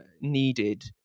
needed